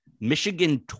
Michigan